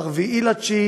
ב-4 בספטמבר.